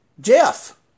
Jeff